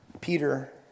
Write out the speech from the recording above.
Peter